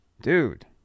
Dude